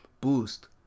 boost